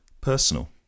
personal